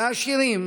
בעשירים,